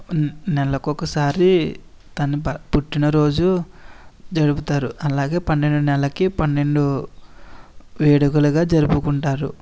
నెలకు ఒకసారి తన బ పుట్టినరోజు జరుపుతారు అలాగే పన్నెండు నెలలకి పన్నెండు వేడుకలుగ జరుపుకుంటారు